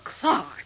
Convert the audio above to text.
Clark